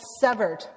severed